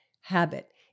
habit